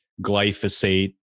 glyphosate